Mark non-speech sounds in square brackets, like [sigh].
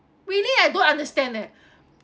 really I don't understand leh [breath]